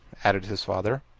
added his father.